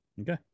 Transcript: Okay